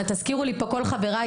תזכירו לי פה כל חבריי,